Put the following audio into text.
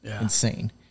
insane